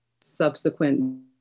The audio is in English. subsequent